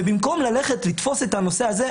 ובמקום לטפל בנושא הזה,